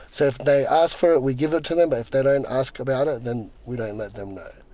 so if they ask for it, we give it to them, but if they don't ask about it then we don't let them know.